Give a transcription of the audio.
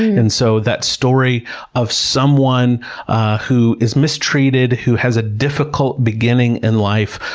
and so that story of someone who is mistreated, who has a difficult beginning in life,